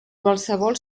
qualsevol